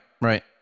right